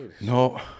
no